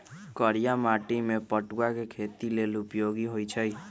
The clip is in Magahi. करिया माटि में पटूआ के खेती लेल उपयोगी होइ छइ